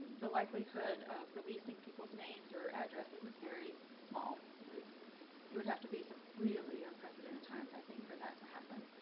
the likelihood of releasing people's names or addresses is very small. it it would have to be something so really unprecedented times, i think for that to happen.